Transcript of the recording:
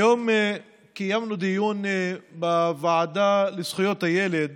היום קיימנו דיון בוועדה לזכויות הילד